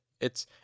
It's—